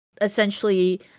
Essentially